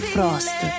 Frost